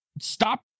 Stop